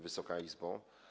Wysoka Izbo!